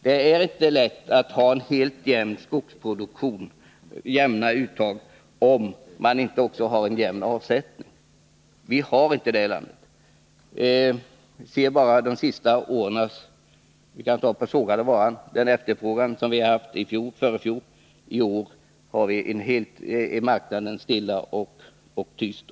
Det är inte lätt att ha en helt jämn skogsproduktion och jämna uttag, om man inte samtidigt har en jämn avsättning. Vi har inte det här i landet. Se bara på de senaste årens marknad för exempelvis den sågade varan och den efterfrågan vi haft i fjol och i förfjol! I år är den marknaden stilla och tyst.